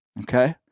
okay